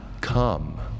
come